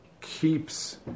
keeps